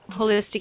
holistic